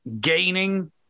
gaining